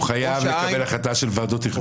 אורנית --- הוא חייב לקבל החלטה של ועדות תכנון.